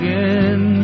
Again